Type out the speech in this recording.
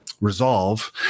resolve